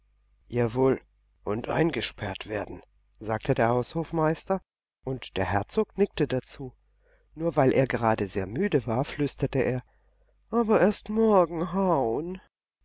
jawohl und eingesperrt werden sagte der haushofmeister und der herzog nickte dazu nur weil er gerade sehr müde war flüsterte er aber erst morgen